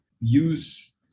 use